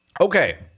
Okay